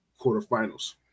quarterfinals